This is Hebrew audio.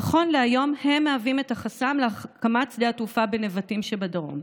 נכון להיום הם מהווים את החסם להקמת שדה התעופה בנבטים שבדרום.